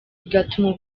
bigatuma